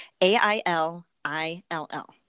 A-I-L-I-L-L